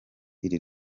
iri